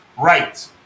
right